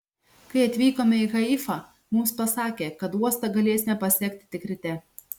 kai atvykome į haifą mums pasakė kad uostą galėsime pasekti tik ryte